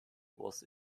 was